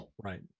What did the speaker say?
Right